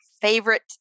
favorite